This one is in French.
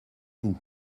vous